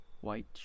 white